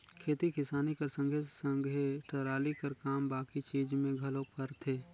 खेती किसानी कर संघे सघे टराली कर काम बाकी चीज मे घलो परथे